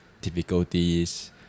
difficulties